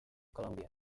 columbia